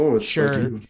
sure